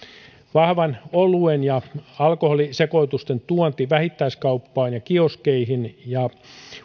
vahvan oluen ja alkoholisekoitusten tuomisen vähittäiskauppaan kioskeihin ja